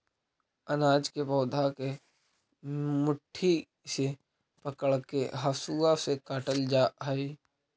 अनाज के पौधा के मुट्ठी से पकड़के हसुआ से काटल जा हई